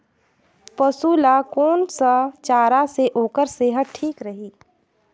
पशु ला कोन स चारा से ओकर सेहत ठीक रही?